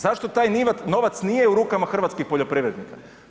Zašto taj novac nije u rukama hrvatskih poljoprivrednika?